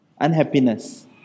unhappiness